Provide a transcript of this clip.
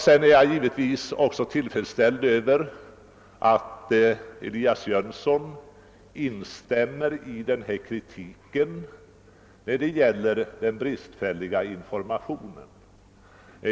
Sedan är jag naturligtvis tillfredsställd med att herr Jönsson i Ingemarsgården instämmer i kritiken av företaget och den bristfälliga informationen.